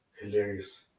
hilarious